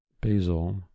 basil